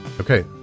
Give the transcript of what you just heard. Okay